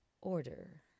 order